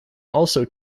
also